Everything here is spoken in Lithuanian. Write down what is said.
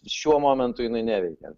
šiuo momentu jinai neveikia